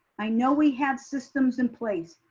i know we have systems in place,